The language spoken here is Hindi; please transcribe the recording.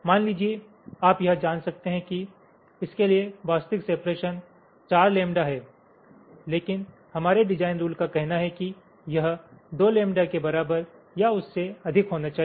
मान लीजिए कि आप यह जान सकते हैं कि इसके लिए वास्तविक सेपरेश्न 4 लैंबडा है लेकिन हमारे डिजाइन रुलका कहना है कि यह दो लैंबडा के बराबर या उससे अधिक होना चाहिए